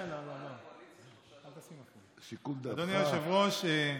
אדוני היושב-ראש,